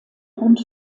rund